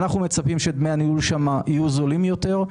אנחנו מצפים שדמי הניהול שם יהיו זולים יותר,